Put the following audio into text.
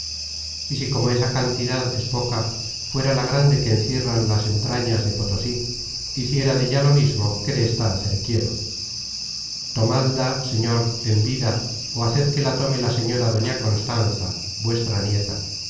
y si como esta cantidad es poca fuera la grande que encierran las entrañas de potosí hiciera della lo mismo que desta hacer quiero tomalda señor en vida ó haced que la tome la señora doña constanza vuestra nieta